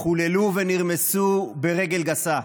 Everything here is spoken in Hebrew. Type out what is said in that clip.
חוללו ונרמסו ברגל גסה.